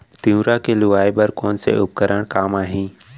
तिंवरा के लुआई बर कोन से उपकरण काम आही?